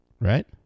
right